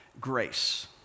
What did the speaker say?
grace